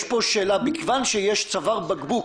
יש פה שאלה - מכיוון שיש צוואר בקבוק,